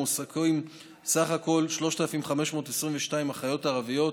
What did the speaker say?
מועסקות סך הכול 3,522 אחיות ערביות,